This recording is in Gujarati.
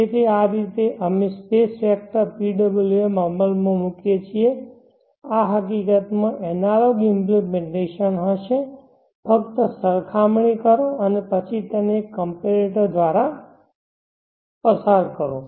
તેથી આ રીતે અમે સ્પેસ વેક્ટર PWM અમલમાં મૂકી શકીએ છીએ આ હકીકતમાં એનાલોગ ઇમ્પ્લિમેન્ટેશન હશે ફક્ત સરખામણી કરો અને પછી તેને એક કંપેરેટર દ્વારા પસાર કરો